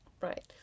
Right